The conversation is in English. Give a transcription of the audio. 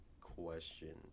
question